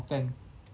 in a tent